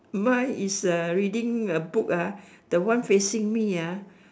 mine is uh reading a book ah the one facing me ah